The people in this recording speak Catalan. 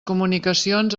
comunicacions